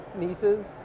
Nieces